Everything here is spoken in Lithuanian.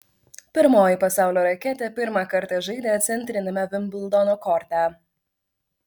pirmoji pasaulio raketė pirmą kartą žaidė centriniame vimbldono korte